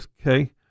Okay